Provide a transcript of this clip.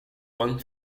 one